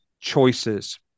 choices